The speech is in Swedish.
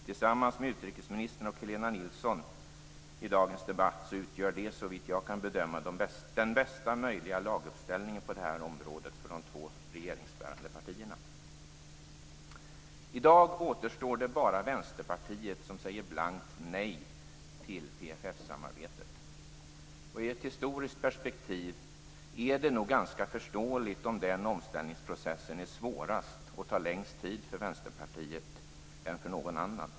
Han, utrikesministern och Helena Nilsson utgör i dagens debatt, såvitt jag kan bedöma, den bästa möjliga laguppställningen på det här området för de två regeringsbärande partierna. I dag återstår det bara Vänsterpartiet som säger blankt nej till PFF-samarbetet. I ett historiskt perspektiv är det nog ganska förståeligt om den omställningsprocessen är svårare och tar längre tid för Vänsterpartiet än för någon annan.